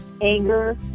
anger